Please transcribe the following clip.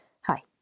Hi